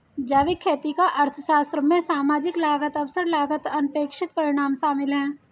जैविक खेती का अर्थशास्त्र में सामाजिक लागत अवसर लागत अनपेक्षित परिणाम शामिल है